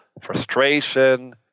frustration